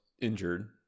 injured